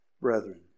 brethren